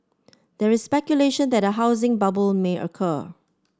there is speculation that a housing bubble may occur